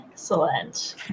Excellent